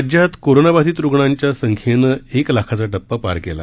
राज्यात कोरोनाबाधित रुग्णांच्या संख्येनं एक लाखाचा टप्पा पार केला